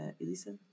Elisa